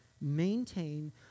Maintain